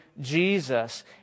Jesus